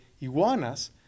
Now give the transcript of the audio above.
iguanas